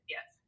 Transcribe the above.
Yes